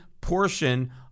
portion